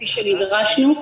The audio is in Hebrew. כפי שנדרשנו.